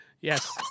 Yes